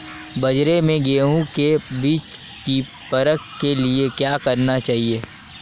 बाज़ार में गेहूँ के बीज की परख के लिए क्या करना चाहिए?